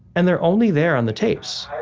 and they're only there on the tapes